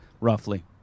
roughly